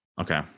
Okay